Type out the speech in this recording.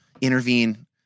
intervene